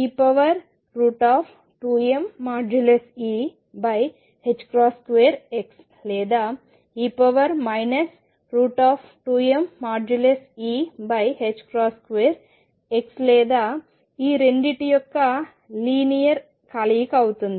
e2mE2xలేదాe 2mE2xలేదా ఈ రెండింటి యొక్క లీనియర్ కలయిక అవుతుంది